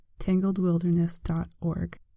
tangledwilderness.org